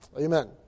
Amen